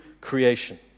creation